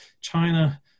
China